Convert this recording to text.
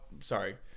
sorry